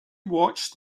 watched